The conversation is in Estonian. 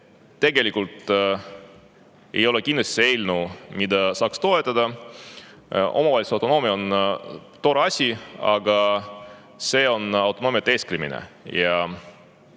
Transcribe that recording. tegelikult ei ole kindlasti eelnõu, mida saaks toetada. Omavalitsuse autonoomia on tore asi, aga see on autonoomia teesklemine.